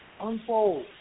unfold